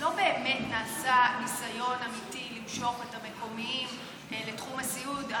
שלא באמת נעשה ניסיון אמיתי למשוך את המקומיים לתחום הסיעוד.